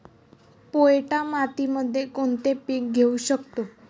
पोयटा मातीमध्ये कोणते पीक घेऊ शकतो?